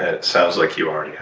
it sounds like you already yeah